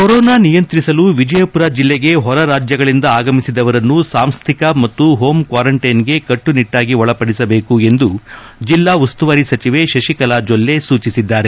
corona ನಿಯಂತ್ರಿಸಲು ವಿಜಯಪುರ ಜಿಲ್ಲೆಗೆ ಹೊರ ರಾಜ್ಯಗಳಿಂದ ಆಗಮಿಸಿದವರನ್ನು ಸಾಂಸ್ಥಿಕ ಮತ್ತು ಹೋಂಕ್ವಾರಂಟೈನ್ಗೆ ಕಟ್ಟುನಿಟ್ಟಾಗಿ ಒಳಪಡಿಸಬೇಕು ಎಂದು ಜಿಲ್ಲಾ ಉಸ್ತುವಾರಿ ಸಚಿವೆ ಶಶಿಕಲಾ ಜೊಲ್ಲೆ ಸೂಚಿಸಿದ್ದಾರೆ